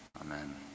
amen